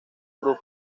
group